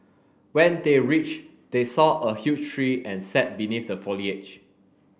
when they reached they saw a huge tree and sat beneath the foliage